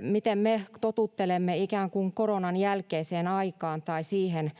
miten me totuttelemme ikään kuin koronan jälkeiseen aikaan tai siihen,